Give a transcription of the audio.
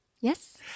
Yes